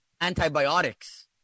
antibiotics